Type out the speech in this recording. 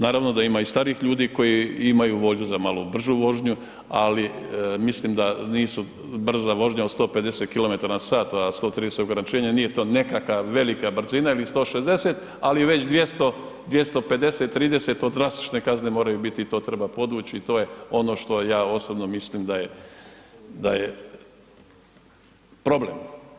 Naravno da ima i starijih ljudi koji imaju volju za malo bržu vožnju, ali mislim da nisu brza vožnja od 150 km/h, a 130 je ograničenje, nije to nekakva velika brzina ili 160, ali već 200, 250, 30, to drastične kazne moraju biti i to treba podvući i to je ono što ja osobno mislim da je problem.